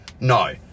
no